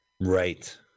Right